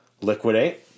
liquidate